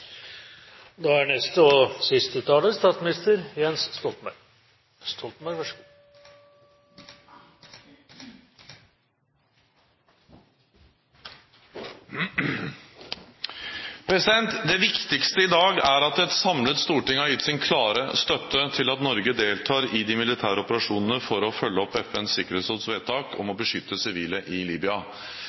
at et samlet storting har gitt sin klare støtte til at Norge deltar i de militære operasjonene for å følge opp FNs sikkerhetsråds vedtak om å beskytte sivile i